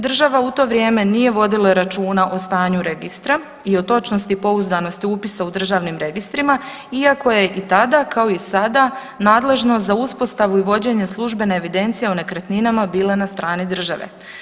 Država u to vrijeme nije vodila računa o stanju registra i o točnosti i pouzdanosti upisa u državnim registrima iako je i tada kao i sada nadležnost za uspostavu i vođenje službene evidencije o nekretninama bila na strani države.